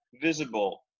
visible